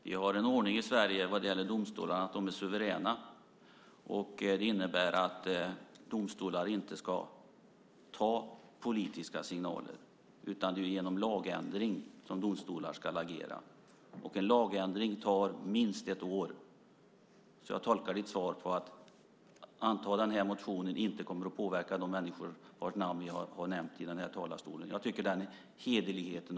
Fru talman! Vi har den ordningen i Sverige när det gäller domstolarna att de är suveräna. Det innebär att domstolar inte ska ta emot politiska signaler. Det är genom lagändring som domstolar ska agera. En lagändring tar minst ett år. Jag tolkar ditt svar som att det inte kommer att påverka de människor vars namn vi har nämnt i talarstolen om vi antar den här motionen.